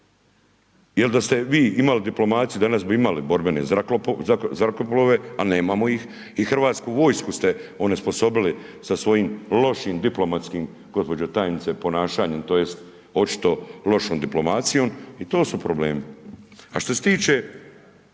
Jer da ste vi imali diplomacije, danas bi imali borbene zrakoplove, a nemamo ih i hrvatsku vojsku ste onesposobili sa svojim lošim diplomatskim gđa. tajnice ponašanjem, tj. očito lošom diplomacijom i to su problemi.